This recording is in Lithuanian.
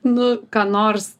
nu ką nors